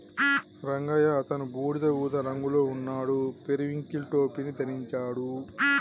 రంగయ్య అతను బూడిద ఊదా రంగులో ఉన్నాడు, పెరివింకిల్ టోపీని ధరించాడు